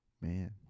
Man